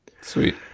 Sweet